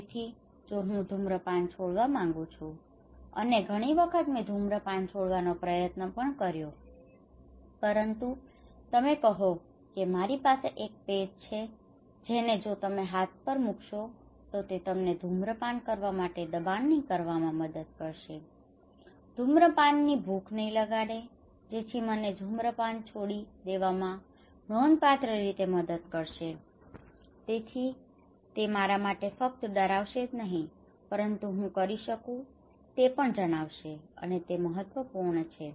તેથી જો હું ધૂમ્રપાન છોડવા માંગુ છું અને ઘણી વખત મે ધૂમ્રપાન છોડવાનો પ્રયત્ન પણ કર્યો પરંતુ તમે કહો કે મારી પાસે એક પેચ છે જેને જો તમે તમારા હાથ પર મૂકશો તો તે તમને ધૂમ્રપાન કરવા માટે દબાણ નહીં કરવામાં મદદ કરશે ધુમ્રપાનની ભૂખ નહીં લગાડે જેથી મને ધૂમ્રપાન છોડી દેવામાં નોંધપાત્ર રીતે મદદ કરશે તેથી તે મારા માટે ફક્ત ડરાવશે જ નહીં પરંતુ હું કરી શકું છું તે પણ જણાવશે અને તે પણ મહત્વપૂર્ણ છે